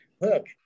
Look